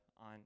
on